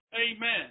Amen